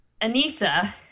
Anissa